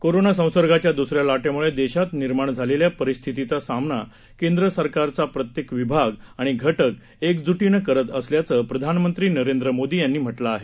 corona संसर्गाच्या द्सऱ्या लाटेमुळे देशात निर्माण झालेल्या परिस्थितीचा सामना केंद्र सरकारचा प्रत्येक विभाग आणि घटक एकजुटीनं करत असल्याचं प्रधानमंत्री नरेंद्र मोदी यांनी म्हटलं आहे